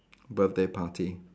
birthday party